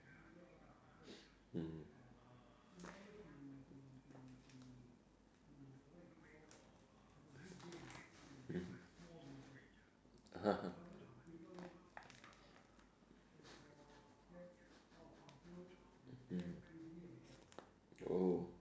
mm mmhmm (uh huh) mm oh